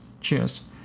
Cheers